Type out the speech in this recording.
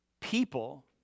people